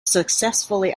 successfully